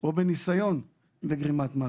או בניסיון לגרימת מוות.